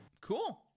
Cool